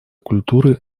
культуры